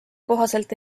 kohaselt